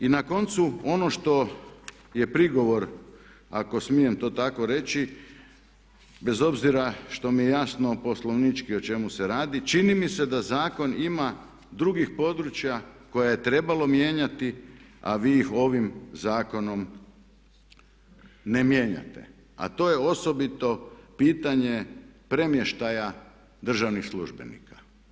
I na koncu ono što je prigovor ako smijem to tako reći bez obzira što mi je jasno poslovnički o čemu se radi čini mi se da zakon ima drugih područja koja je trebalo mijenjati, a vi ih ovim zakonom ne mijenjate, a to je osobito pitanje premještaja državnih službenika.